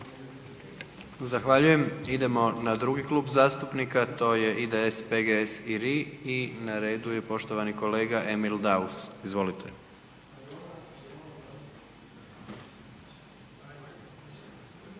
Zahvaljujem. Idemo na drugi klub zastupnika to je IDS-a, PGS-a i RI-a i na redu je poštovani kolega Emil Daus, izvolite.